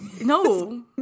no